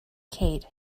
kate